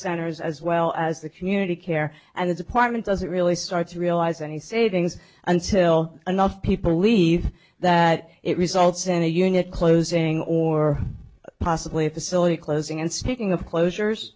centers as well as the community care and the department doesn't really start to realize any savings until enough people leave that it results in a unit closing or possibly a facility closing and speaking of closures